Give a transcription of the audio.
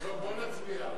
בוא, בוא נצביע.